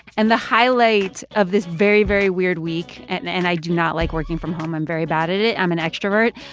and the highlight of this very, very weird week and and i do not like working from home. i'm very bad at it. i'm an extrovert.